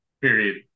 period